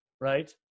right